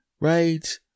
Right